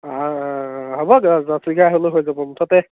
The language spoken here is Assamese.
অঁ অঁ হ'ব হ'লেও যাব মুঠতে